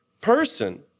person